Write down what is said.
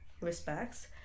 Respects